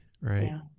right